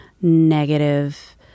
negative